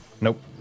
nope